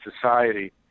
society